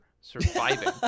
surviving